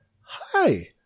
Hi